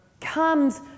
comes